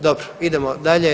Dobro, idemo dalje.